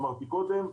אמרתי קודם.